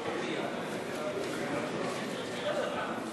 תלוי איך אתה מבין את הביטוי